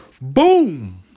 Boom